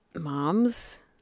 moms